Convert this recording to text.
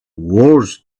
worse